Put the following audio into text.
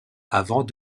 avant